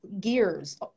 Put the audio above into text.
gears